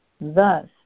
Thus